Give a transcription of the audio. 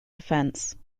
defense